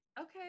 okay